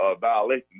violation